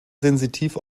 sensitiv